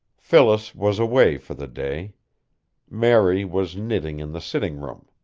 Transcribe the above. phyllis was away for the day mary was knitting in the sitting-room.